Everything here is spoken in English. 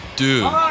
dude